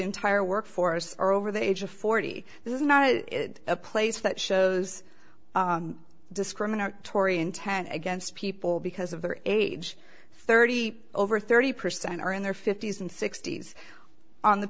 entire workforce are over the age of forty this is not a place that shows discriminatory intent against people because of their age thirty over thirty percent are in their fifty's and sixty's on the